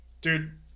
Dude